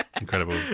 Incredible